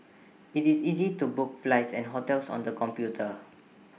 IT is easy to book flights and hotels on the computer